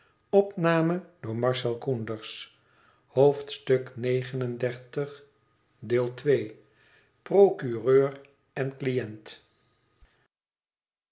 procureur en cliënt